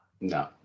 No